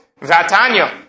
V'atanya